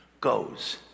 goes